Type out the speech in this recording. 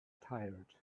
tired